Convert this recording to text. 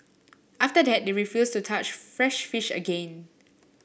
after that they refused to touch fresh fish again